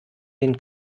den